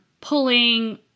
pulling